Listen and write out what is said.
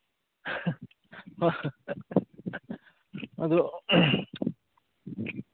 ꯑꯗꯨ